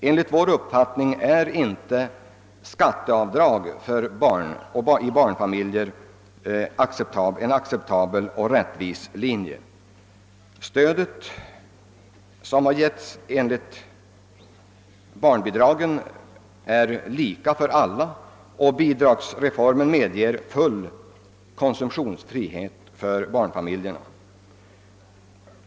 Enligt vår uppfattning är inte skatteavdragen en acceptabel och rättvis form för stöd åt barnfamiljer. Barnbidraget är lika för alla, och bidragsformen medger full konsumtionsfrihet för barnfamiljerna.